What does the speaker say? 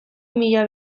mila